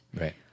Right